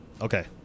okay